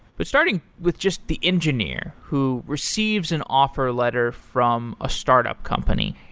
but starting with just the engineer who receives an offer letter from a startup company,